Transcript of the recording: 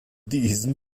diesen